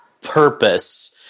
purpose